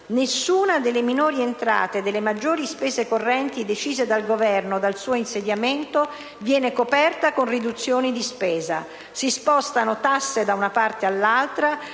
Nessuna delle minori entrale e delle maggiori spese correnti decise dal Governo dal suo insediamento viene coperta con riduzioni di spesa. Si spostano tasse da una parte all'altra,